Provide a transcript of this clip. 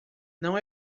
não